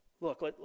Look